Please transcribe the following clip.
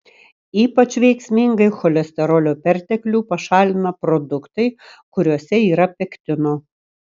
ypač veiksmingai cholesterolio perteklių pašalina produktai kuriuose yra pektino